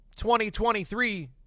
2023